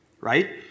right